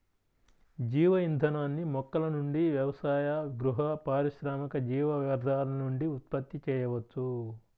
జీవ ఇంధనాన్ని మొక్కల నుండి వ్యవసాయ, గృహ, పారిశ్రామిక జీవ వ్యర్థాల నుండి ఉత్పత్తి చేయవచ్చు